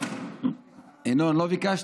אז אתה